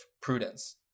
prudence